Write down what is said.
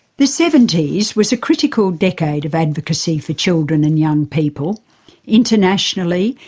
the seventies was a critical decade of advocacy for children and young people internationally,